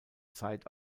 zeit